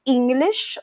English